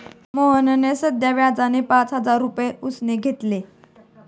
मोहनने साध्या व्याजाने पाच हजार रुपये उसने घेतले